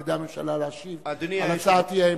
על-ידי הממשלה להשיב על הצעת האי-אמון?